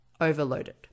overloaded